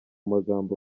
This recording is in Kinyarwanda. magambo